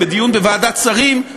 בדיון בוועדת שרים,